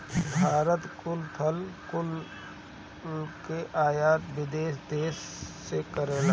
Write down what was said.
भारत कुछ फल कुल के आयत विदेशी देस से करेला